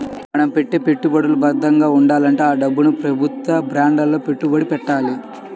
మన పెట్టే పెట్టుబడులు భద్రంగా ఉండాలంటే ఆ డబ్బుని ప్రభుత్వ బాండ్లలో పెట్టుబడి పెట్టాలి